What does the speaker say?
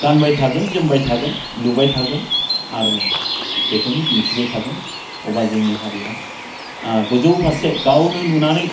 गानबाय थागोन जोमबाय थागोन लुबाय थागोन आरो बेखौनो दिन्थिबाय थागोन अब्ला जोंनि हारिया गोजौ फारसे गावनो लुनानै